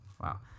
Wow